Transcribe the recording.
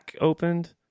opened